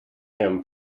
him